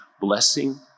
blessing